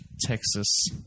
Texas